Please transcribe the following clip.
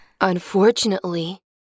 Unfortunately